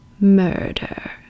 murder